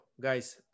guys